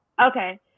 Okay